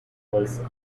was